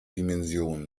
dimension